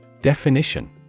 Definition